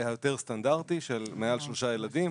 היותר סטנדרטי של מעל שלושה ילדים,